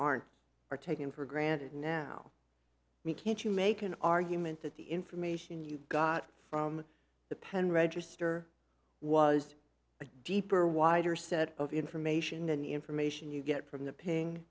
aren't are taken for granted now we can't you make an argument that the information you got from the pen register was a deeper wider set of information than information you get from the ping